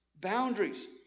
boundaries